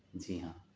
جی ہاں